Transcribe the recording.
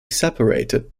separated